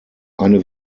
eine